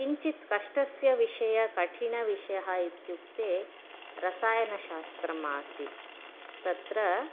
किञ्चित् कष्टस्य विषयः कठिनविषयः इत्युक्ते रसायनशास्रम् आसीत् तत्र